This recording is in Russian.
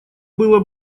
было